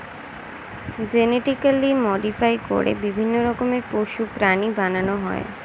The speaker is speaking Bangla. জেনেটিক্যালি মডিফাই করে বিভিন্ন রকমের পশু, প্রাণী বানানো হয়